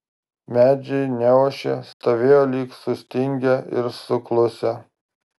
medžiai neošė stovėjo lyg sustingę ir suklusę